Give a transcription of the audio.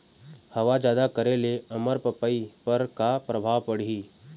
हवा जादा करे ले अरमपपई पर का परभाव पड़िही?